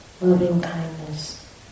loving-kindness